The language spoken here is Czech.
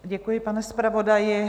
Děkuji, pane zpravodaji.